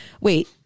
wait